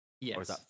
Yes